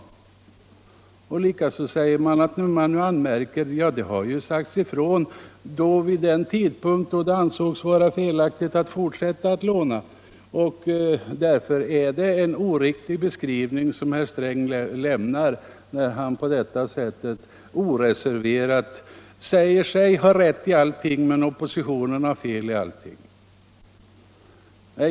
Samma är förhållandet när det har sagts ifrån att flera lån i utlandet inte borde upptagas vid en tidpunkt då det ansågs vara felaktigt att fortsätta att låna. Därför är det en oriktig beskrivning som herr Sträng här lämnar när han säger sig oreserverat ha rätt i allting medan oppositionen har fel i allting.